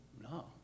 no